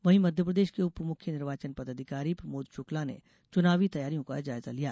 वहीं मध्यप्रदेश के उप मुख्य निर्वाचन पदाधिकारी प्रमोद शुक्ला ने चुनावी तैयारियों का जायजा लिया